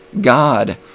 God